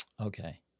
Okay